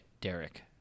Derek